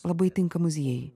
labai tinka muziejai